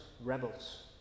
rebels